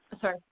Sorry